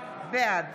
בעד